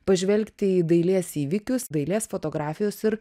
pažvelgti į dailės įvykius dailės fotografijos ir